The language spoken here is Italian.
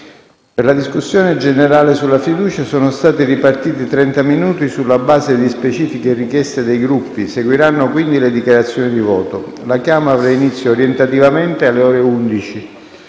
Per la discussione sulla fiducia sono stati ripartiti trenta minuti sulla base di specifiche richieste dei Gruppi. Seguiranno, quindi, le dichiarazioni di voto. La chiama avrà inizio orientativamente alle ore 11.